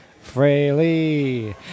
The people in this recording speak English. Freely